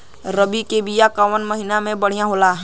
रबी के बिया कवना महीना मे बढ़ियां होला?